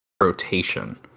rotation